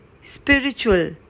spiritual